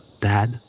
dad